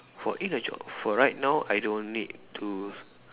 for in a job for right now I don't need to